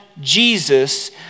Jesus